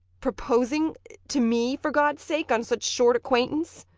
proposing to me for gawd's sake on such short acquaintance?